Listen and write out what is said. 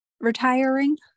retiring